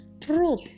probe